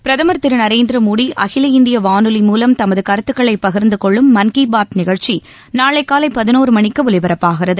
பிரதமர் திரு நரேந்திர மோடி அகில இந்திய வானொலி மூலம் தமது கருத்துக்களை பகிர்ந்து கொள்ளும் மன் கி பாத் நிகழ்ச்சி நாளை காலை பதினோரு மணிக்கு ஒலிபரப்பாகிறது